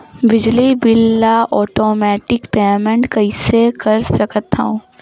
बिजली बिल ल automatic payment कइसे कर सकथव?